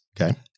Okay